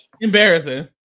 Embarrassing